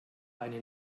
eine